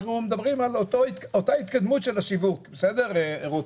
אנחנו מדברים על אותה התקדמות של השיווק, רותם.